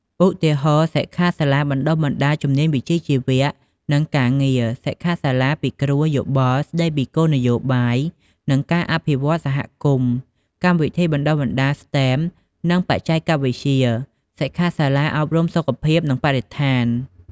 ឧទាហរណ៍សិក្ខាសាលាបណ្តុះបណ្តាលជំនាញវិជ្ជាជីវៈ និងការងារ សិក្ខាសាលាពិគ្រោះយោបល់ស្តីពីគោលនយោបាយ និងការអភិវឌ្ឍសហគមន៍ កម្មវិធីបណ្តុះបណ្តាល STEM និងបច្ចេកវិទ្យា សិក្ខាសាលាអប់រំសុខភាព និងបរិស្ថាន។